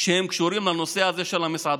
שקשורים לנושא הזה של מסעדנות,